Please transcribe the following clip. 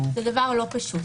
זה דבר לא פשוט.